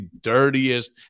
dirtiest